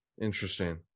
Interesting